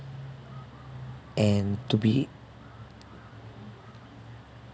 and to be